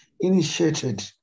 initiated